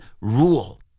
rule